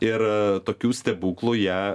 ir tokių stebuklų jie